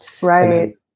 Right